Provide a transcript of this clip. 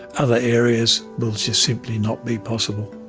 other areas will just simply not be possible.